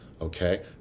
Okay